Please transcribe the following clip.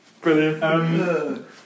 Brilliant